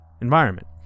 environment